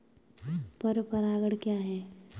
पर परागण क्या है?